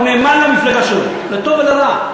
הוא נאמן למפלגה שלו, לטוב ולרע.